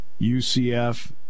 UCF